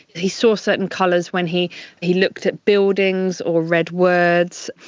he saw certain colours when he he looked at buildings or read words.